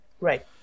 Right